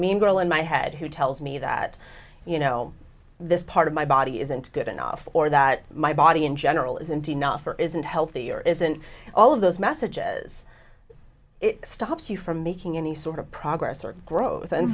mean girl in my head who tells me that you know this part of my body isn't good enough or that my body in general isn't enough or isn't healthy or isn't all of those messages it stops you from making any sort of progress or growth and